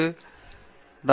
பேராசிரியர் ஆர்